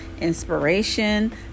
inspiration